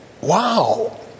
wow